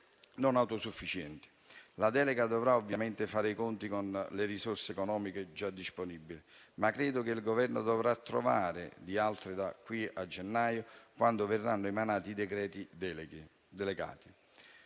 non autosufficienti. La delega dovrà, ovviamente, fare i conti con le risorse economiche già disponibili, ma credo che il Governo dovrà trovarne altre, da qui a gennaio, quando vedranno emanati i decreti delegati.